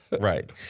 right